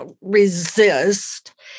resist